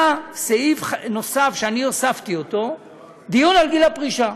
היה סעיף נוסף, שאני הוספתי, דיון על גיל הפרישה.